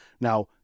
Now